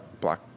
black